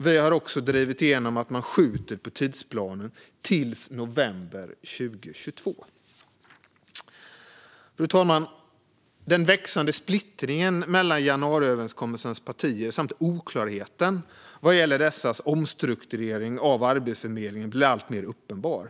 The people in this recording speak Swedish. Vi har också drivit igenom att man skjuter på tidsplanen till november 2022. Fru talman! Den växande splittringen mellan januariöverenskommelsens partier samt oklarheten vad gäller deras omstrukturering av Arbetsförmedlingen blir alltmer uppenbar.